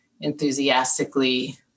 enthusiastically